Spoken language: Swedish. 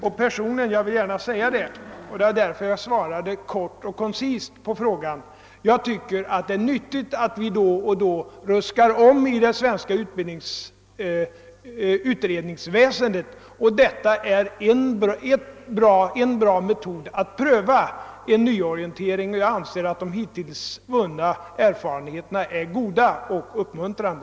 Och personligen anser jag — jag vill gärna säga det, och det var därför jag svarade kort och koncist på frågan — att det är nyttigt att vi då och då ruskar om i det svenska utredningsväsendet. Det system jag här beskrivit är en bra metod att pröva en nyorientering, och jag anser att de hittills vunna erfarenheterna är goda och uppmuntrande.